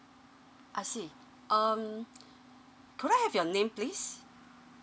I see um could I have your name please